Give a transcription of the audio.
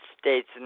States